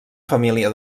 família